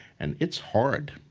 and it's hard.